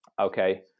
okay